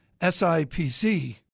SIPC